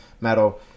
metal